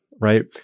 right